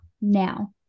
now